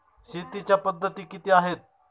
शेतीच्या पद्धती किती आहेत?